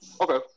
Okay